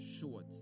short